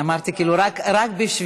אמרתי כאילו רק בשבילי,